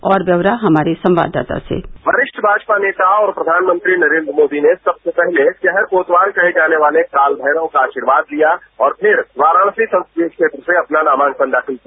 और व्यौरा हमारे संवाददाता से वरिष्ठ भाजपा नेता और प्रधानमंत्री नरेन्द्र मोदी ने सबसे पहले शहर कोतवाल कहे जाने वाले काल भैरव का आशीर्वाद लिया और फिर वाराणसी संसदीय क्षेत्र से अपना नामांकन दाखिल किया